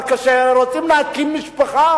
אבל כשהם רוצים להקים משפחה,